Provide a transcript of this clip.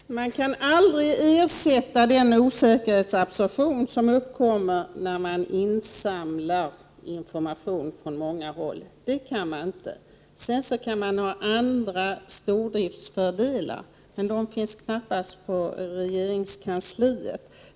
Herr talman! Nej, man kan aldrig ersätta den osäkerhetsabsorption som uppkommer när man insamlar information från många håll. Man kan naturligtvis få andra stordriftsfördelar. De finns dock knappast på regeringskansliet.